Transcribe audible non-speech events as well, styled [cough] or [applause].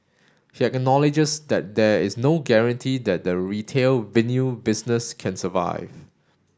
he acknowledges that there is no guarantee that the retail [unintelligible] business can survive